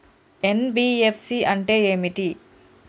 NBFC అంటే ఏమిటి?